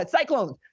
Cyclones